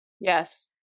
Yes